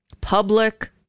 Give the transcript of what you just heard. public